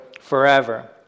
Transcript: forever